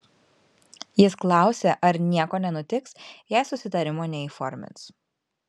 jis klausė ar nieko nenutiks jei susitarimo neįformins